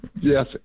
Yes